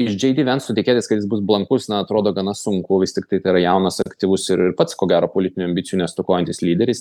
iš džei dy venco tikėtis kuris bus blankus na atrodo gana sunku vis tiktai tai yra jaunas aktyvus ir ir pats ko gero politinių ambicijų nestokojantis lyderis